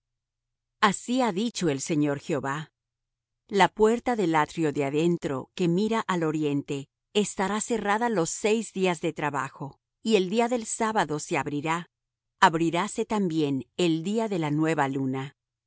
asi ha dicho el señor jehová la puerta del atrio de adentro que mira al oriente estará cerrada los seis días de trabajo y el día del sábado se abrirá abriráse también el día de la nueva luna